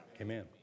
Amen